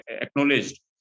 acknowledged